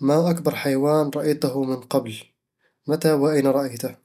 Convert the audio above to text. ما أكبر حيوان رأيته من قبل؟ متى وأين رأيته؟